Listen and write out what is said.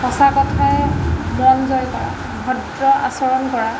সঁচা কথাই মন জয় কৰা ভদ্ৰ আচৰণ কৰা